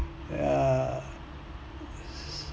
ya